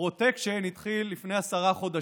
פרוטקשן התחיל לפני עשרה חודשים,